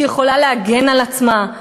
שיכולה להגן על עצמה.